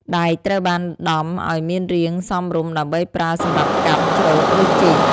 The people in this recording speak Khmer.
ដែកត្រូវបានដំឲ្យមានរាងសមរម្យដើម្បីប្រើសម្រាប់កាប់ ច្រូត ឬជីក។